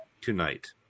tonight